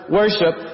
worship